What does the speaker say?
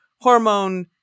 hormone